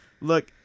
look